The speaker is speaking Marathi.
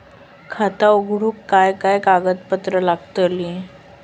खाता उघडूक काय काय कागदपत्रा लागतली?